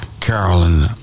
Carolyn